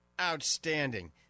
Outstanding